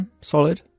solid